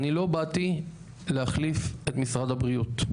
אני לא באתי להחליף את משרד הבריאות.